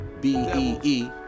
B-E-E